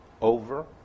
over